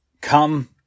come